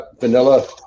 vanilla